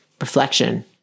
reflection